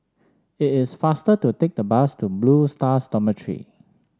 it is faster to take the bus to Blue Stars Dormitory